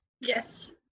Yes